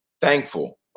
thankful